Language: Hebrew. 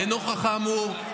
לנוכח האמור,